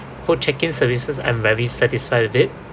whole check in services I'm very satisfied with it